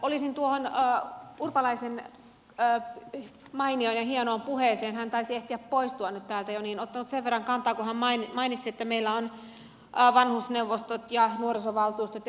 olisin tuohon urpalaisen mainioon ja hienoon puheeseen hän taisi ehtiä poistua nyt täältä jo ottanut sen verran kantaa kun hän mainitsi että meillä on vanhusneuvostot ja nuorisovaltuustot ja vammaisneuvostot